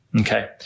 Okay